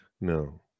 No